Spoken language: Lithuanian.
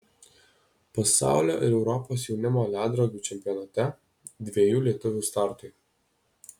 pasaulio ir europos jaunimo ledrogių čempionate dviejų lietuvių startai